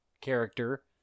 character